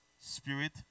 Spirit